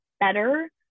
better